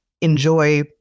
enjoy